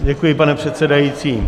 Děkuji, pane předsedající.